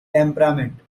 temperament